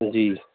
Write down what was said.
جی